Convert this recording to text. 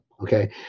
okay